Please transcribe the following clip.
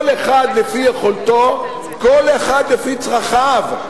כל אחד לפי יכולתו, כל אחד לפי צרכיו.